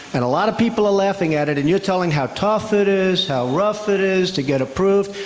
and a lot of people are laughing at it and you're telling how tough it is how rough it is to get approved.